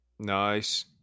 Nice